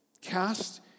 cast